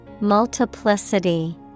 multiplicity